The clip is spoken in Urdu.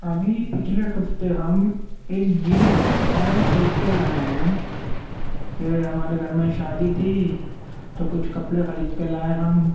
ابھی پچھلے ہفتے ہم ایک جینس کی پینٹ خرید کے لائے ہیں کہ ہمارے گھر میں شادی تھی تو کچھ کپڑے خرید کے لائے ہم